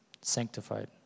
sanctified